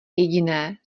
jediné